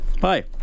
Hi